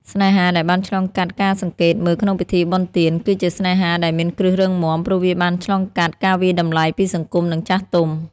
ស្នេហាដែលបានឆ្លងកាត់ការសង្កេតមើលក្នុងពិធីបុណ្យទាន គឺជាស្នេហាដែល "មានគ្រឹះរឹងមាំ" ព្រោះវាបានឆ្លងកាត់ការវាយតម្លៃពីសង្គម និងចាស់ទុំ។